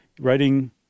writing